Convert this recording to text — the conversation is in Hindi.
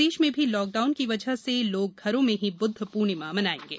प्रदेश में भी लॉकडाउन की वजह लोग घरों में ही ब्द्व पूर्णिमा मनाएँगे